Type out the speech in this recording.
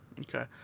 Okay